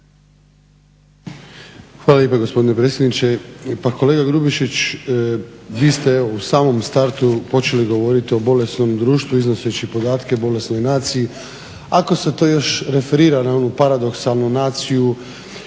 Hvala lijepa gospodine predsjedniče. Pa kolega Grubišić vi ste u samom startu počeli govoriti o bolesnom društvu iznoseći podatke o bolesnoj naciji. Ako se to još referira na onu paradoksalnu naciju